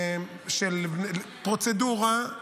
פרוצדורה.